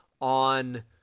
on